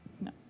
No